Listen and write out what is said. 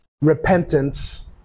repentance